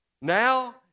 Now